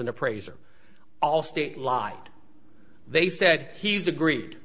an appraiser all state lived they said he's agreed